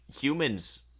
humans